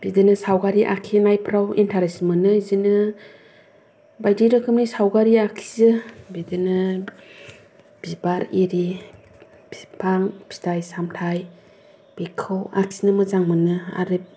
बिदिनो सावगारि आखिनायफ्राव इन्ट्रेस्ट मोनो बिदिनो बायदि रोखोमनि सावगारि आखियो बिदिनो बिबार इरि बिफां फिथाय सामथाय बेखौ आखिनो मोजां मोनो आरो